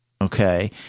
Okay